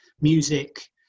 music